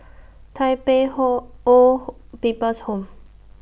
Tai Pei whole Old People's Home